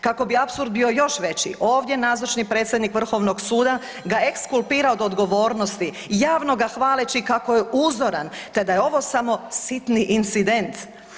Kako bi apsurd bio još veći ovdje nazočni predsjednik Vrhovnog suda ga ekskulpira od odgovornosti javno ga hvaleći kako je uzoran, te da je ovo samo sitni incident.